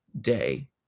day